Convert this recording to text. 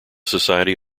society